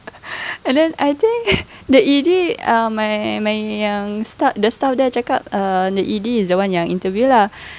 and then I think the E_D uh my my um the staff there cakap uh the E_D is the one you are interview lah